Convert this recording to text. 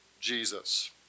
Jesus